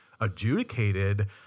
adjudicated